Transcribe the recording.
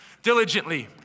Diligently